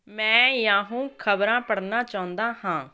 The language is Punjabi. ਮੈਂ ਯਾਹੂ ਖ਼ਬਰਾਂ ਪੜ੍ਹਨਾ ਚਾਹੁੰਦਾ ਹਾਂ